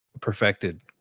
perfected